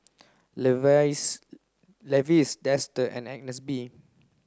Levi's Dester and Agnes B